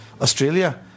Australia